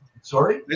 Sorry